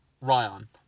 Ryan